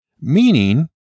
Meaning